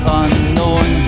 unknown